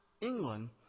England